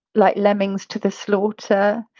like lemmings to the slaughter.